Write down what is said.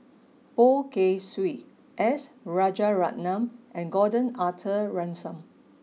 Poh Kay Swee S Rajaratnam and Gordon Arthur Ransome